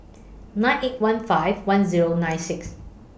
nine eight one five one Zero nine six